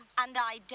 and